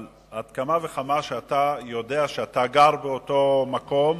אבל על אחת כמה וכמה כשאתה יודע שאתה גר באותו מקום,